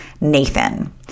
Nathan